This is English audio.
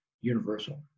universal